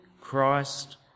Christ